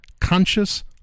conscious